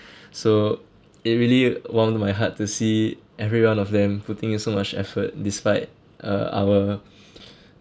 so it really warmed my heart to see every one of them putting in so much effort despite uh our